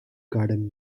garden